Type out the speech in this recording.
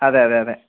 അതെ അതെ അതെ